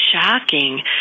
shocking